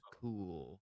cool